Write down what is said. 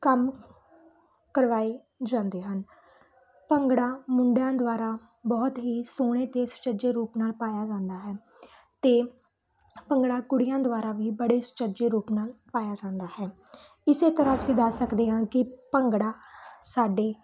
ਕੰਮ ਕਰਵਾਏ ਜਾਂਦੇ ਹਨ ਭੰਗੜਾ ਮੁੰਡਿਆਂ ਦੁਆਰਾ ਬਹੁਤ ਹੀ ਸੋਹਣੇ ਅਤੇ ਸੁਚੱਜੇ ਰੂਪ ਨਾਲ ਪਾਇਆ ਜਾਂਦਾ ਹੈ ਅਤੇ ਭੰਗੜਾ ਕੁੜੀਆਂ ਦੁਆਰਾ ਵੀ ਬੜੇ ਸੁਚੱਜੇ ਰੂਪ ਨਾਲ ਪਾਇਆ ਜਾਂਦਾ ਹੈ ਇਸੇ ਤਰ੍ਹਾਂ ਅਸੀਂ ਦੱਸ ਸਕਦੇ ਹਾਂ ਕਿ ਭੰਗੜਾ ਸਾਡੇ